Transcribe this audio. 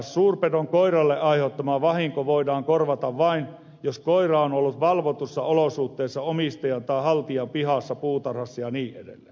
suurpedon koiralle aiheuttama vahinko voidaan korvata vain jos koira on ollut valvotuissa olosuhteissa omistajan tai haltijan pihassa puutarhassa ja niin edelleen